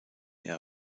ihr